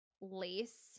lace